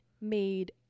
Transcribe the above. made